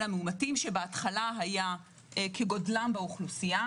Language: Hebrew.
המאומתים שבהתחלה היה כגודלם באוכלוסייה,